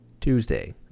Tuesday